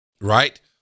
right